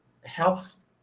helps